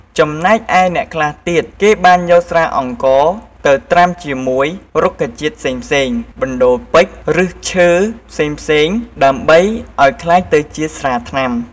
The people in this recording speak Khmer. ចំណែកឯអ្នកខ្លះទៀតគេបានយកស្រាអង្ករទៅត្រាំជាមួយរុក្ខជាតិផ្សេងៗបណ្ដូរពេជ្រ ឫស្សឈើផ្សេងៗដើម្បីឲ្យក្លាយទៅជាស្រាថ្នាំ។